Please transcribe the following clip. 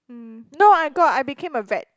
mm no I got I became a vet